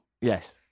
Yes